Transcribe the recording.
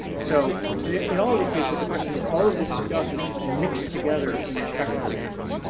so in all these cases, the question is all of this stuff is just mixed together in your spectrum measurements,